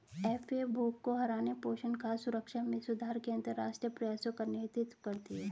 FAO भूख को हराने, पोषण, खाद्य सुरक्षा में सुधार के अंतरराष्ट्रीय प्रयासों का नेतृत्व करती है